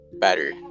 better